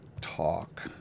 talk